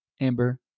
Amber